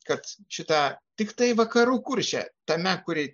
kad šita tiktai vakarų kurše tame kur